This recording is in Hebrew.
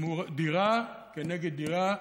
דירה כנגד דירה,